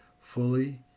fully